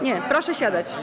Nie, proszę siadać.